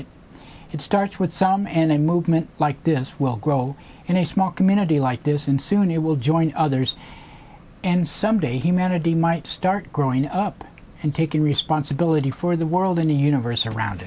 it it starts with some and a movement like this will grow in a small community like this and soon it will join others and someday humanity might start growing up and taking responsibility for the world and the universe around